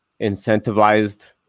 incentivized